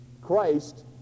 Christ